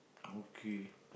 okay